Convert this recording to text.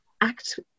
act